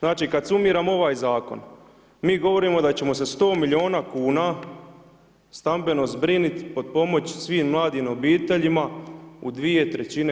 Znači kad sumiramo ovaj zakon, mi govorimo da ćemo sa 100 milijuna kuna stambeno zbrinuti, potpomoći svim mladim obiteljima u 2/